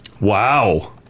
Wow